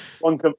One